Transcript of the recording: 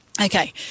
Okay